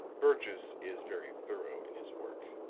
burgess is very thorough in his work.